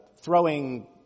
throwing